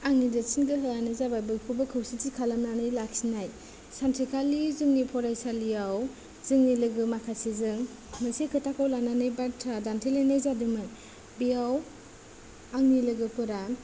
आंनि देरसिन गोहोआनो जाबाय बयखौबो खौसे खालामनानै लाखिनाय सानसेखालि जोंनि फरायसालियाव जोंनि लोगो माखासेनि गेजेराव मोनसे खोथाखौ लानानै बाथ्रा दान्थेलायनाय जादोंमोन बेयाव आंनि लोगोफोरा